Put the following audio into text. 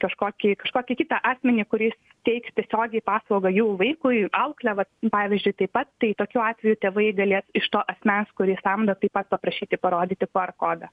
kažkokį kažkokį kitą asmenį kuris teiks tiesiogiai paslaugą jų vaikui auklė va pavyzdžiui taip pat tai tokiu atveju tėvai galės iš to asmens kurį samdo taip pat paprašyti parodyti qr kodą